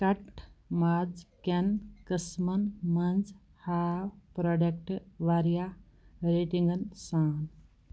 کَٹہٕ مازکٮ۪ن قٕسمَن منٛز ہاو پرٛوڈٮ۪کٹ واریاہ ریٹِنٛگَن سان